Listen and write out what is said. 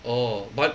oh but